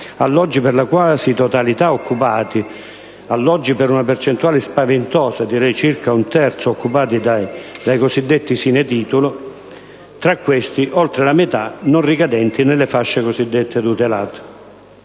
alloggi per la quasi totalità occupati; alloggi, per una percentuale spaventosa (circa un terzo), occupati dai cosiddetti *sine titulo* (tra questi, oltre la metà, non ricadenti nelle fasce cosiddette tutelate).